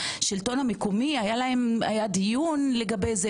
האם היה הדיון לגבי זה?